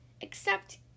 Except